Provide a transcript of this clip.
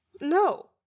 No